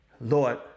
Lord